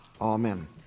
Amen